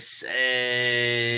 say